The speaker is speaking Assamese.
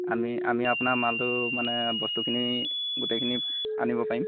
আমি আমি আপোনাৰ মালটো মানে বস্তুখিনি গোটেইখিনি আনিব পাৰিম